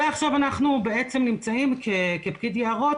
ועכשיו אנחנו בעצם נמצאים כפקיד יערות